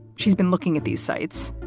she's been looking at these sites.